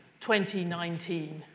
2019